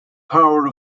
power